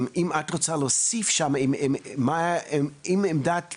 אם את רוצה להוסיף שם אם יש איזה שהוא שינוי בעמדת